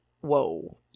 whoa